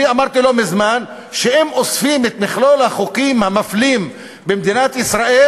אני אמרתי לא מזמן שאם אוספים את מכלול החוקים המפלים במדינת ישראל,